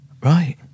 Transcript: Right